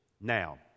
Now